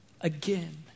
again